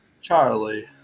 Charlie